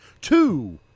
two